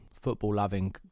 football-loving